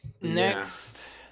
next